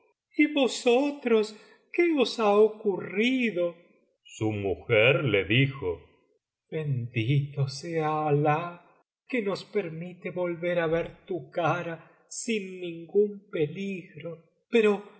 y vosotros qué os ha ocurrido su mujer le dijo bendito sea alah que nos permite volver á ver tu cara sin ningún peligro pero